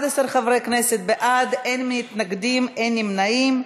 11 חברי כנסת בעד, אין מתנגדים, אין נמנעים.